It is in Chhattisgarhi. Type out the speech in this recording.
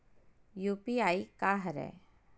यू.पी.आई का हरय?